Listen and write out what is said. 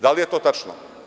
Da li je to tačno?